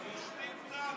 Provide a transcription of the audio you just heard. היושב-ראש, ישנים קצת?